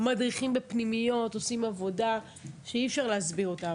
מדריכים בפנימיות עושים עבודה שאי-אפשר להסביר אותה.